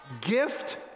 gift